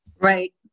Right